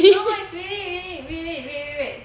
no but it's really really really wait wait wait